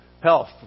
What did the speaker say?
health